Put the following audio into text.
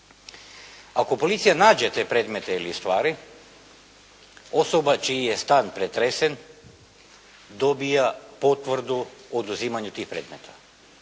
Ako policija nađe te predmete ili stvari, osoba čiji je stan pretresen dobija potvrdu o oduzimanju tih predmeta.